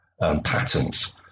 patterns